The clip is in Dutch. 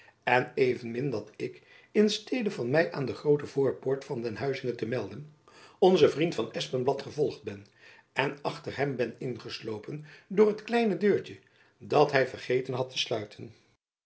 en evenmin dat ik in stede van my aan de groote voorpoort van deze huizinge aan te melden onzen vriend van espenblad gevolgd ben en achter hem ben ingeslopen door het kleine deurtjen dat hy vergeten had te sluiten